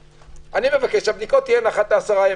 אני מבקש שהבדיקות תהיינה אחת ל-10 ימים.